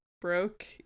broke